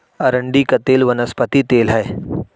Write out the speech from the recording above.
अरंडी का तेल वनस्पति तेल है